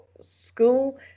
school